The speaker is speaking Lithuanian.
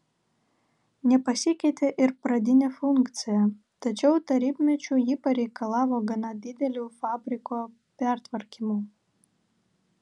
nepasikeitė ir pradinė funkcija tačiau tarybmečiu ji pareikalavo gana didelių fabriko pertvarkymų